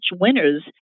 winners